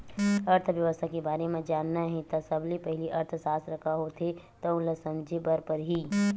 अर्थबेवस्था के बारे म जानना हे त सबले पहिली अर्थसास्त्र का होथे तउन ल समझे बर परही